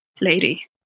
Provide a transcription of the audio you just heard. lady